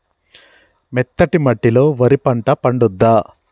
మెత్తటి మట్టిలో వరి పంట పండుద్దా?